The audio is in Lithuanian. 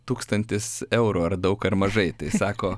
tūkstantis eurų ar daug ar mažai tai sako